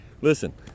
Listen